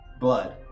blood